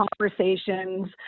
conversations